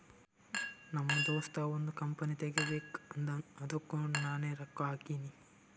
ನಮ್ ದೋಸ್ತ ಒಂದ್ ಕಂಪನಿ ತೆಗಿಬೇಕ್ ಅಂದಾನ್ ಅದ್ದುಕ್ ನಾನೇ ರೊಕ್ಕಾ ಹಾಕಿನಿ